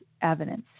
evidence